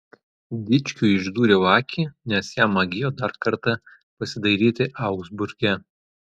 dičkiui išdūriau akį nes jam magėjo dar kartą pasidairyti augsburge